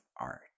art